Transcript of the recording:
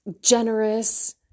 generous